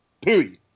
Period